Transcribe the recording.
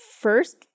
first